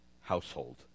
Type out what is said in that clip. household